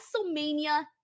WrestleMania